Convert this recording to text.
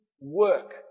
work